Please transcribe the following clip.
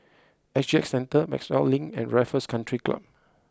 S G Centre Maxwell Link and Raffles Country Club